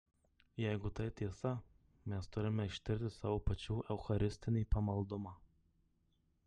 jeigu tai tiesa mes turime ištirti savo pačių eucharistinį pamaldumą